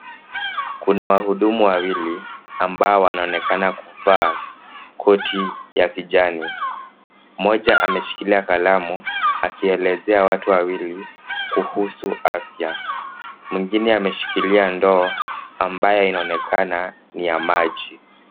Kuna wahudumu wawili, ambao wanaonekana kuvaa koti ya kijani. Mmoja ameshikilia kalamu, akielezea watu wawili kuhusu afya. Mwingine ameshikilia ndoo, ambaye inaonekana ni ya maji.